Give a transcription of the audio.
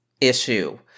issue